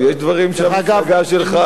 "חניון גבעתי"